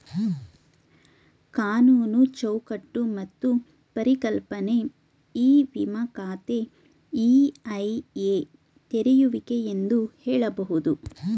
ಕಾನೂನು ಚೌಕಟ್ಟು ಮತ್ತು ಪರಿಕಲ್ಪನೆ ಇ ವಿಮ ಖಾತೆ ಇ.ಐ.ಎ ತೆರೆಯುವಿಕೆ ಎಂದು ಹೇಳಬಹುದು